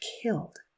killed